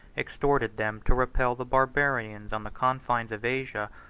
exhorted them to repel the barbarians on the confines of asia,